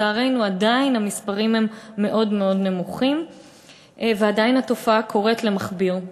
לצערנו המספרים הם עדיין מאוד מאוד נמוכים ועדיין התופעה קורית למכביר.